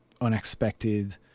unexpected